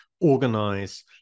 organize